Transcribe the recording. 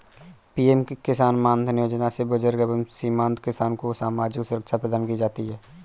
PM किसान मानधन योजना से बुजुर्ग एवं सीमांत किसान को सामाजिक सुरक्षा प्रदान की जाती है